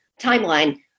timeline